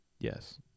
Yes